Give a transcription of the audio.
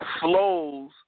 Flows